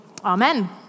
Amen